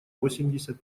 восемьдесят